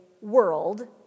world